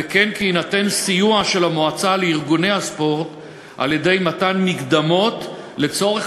וכן כי יינתן סיוע של המועצה לארגוני הספורט על-ידי מתן מקדמות לצורך